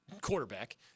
quarterback